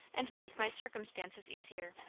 and make my circumstances easier.